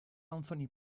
anthony